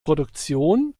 produktion